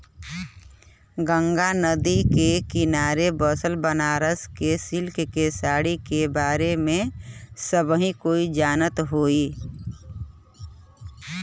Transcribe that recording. गंगा नदी के किनारे बसल बनारस क सिल्क क साड़ी के बारे में त सब कोई जानत होई